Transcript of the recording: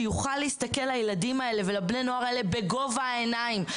שיוכל להסתכל לילדים האלה ולבני הנוער האלה בגובה העיניים,